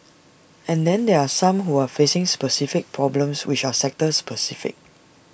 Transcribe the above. and then there are some who are facing specific problems which are sector specific